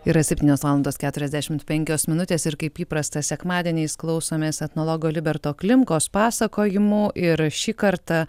yra septynios valandos keturiasdešimt penkios minutės ir kaip įprasta sekmadieniais klausomės etnologo liberto klimkos pasakojimų ir šį kartą